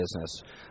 business